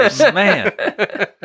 Man